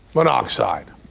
monoxide.